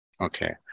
Okay